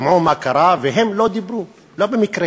שמעו מה קרה, והם לא דיברו, ולא במקרה,